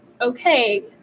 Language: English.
okay